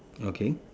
okay